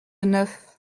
neuf